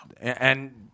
and-